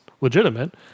legitimate